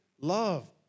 love